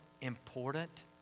important